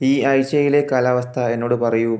ഈ ആഴ്ചയിലെ കാലാവസ്ഥ എന്നോട് പറയൂ